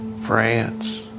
France